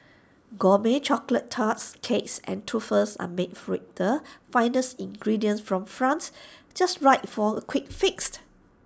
Gourmet Chocolate Tarts Cakes and truffles are made with the finest ingredients from France just right for A quick fixed